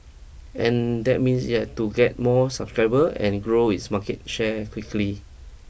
and that means it had to get more subscriber and grow its market share quickly